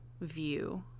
view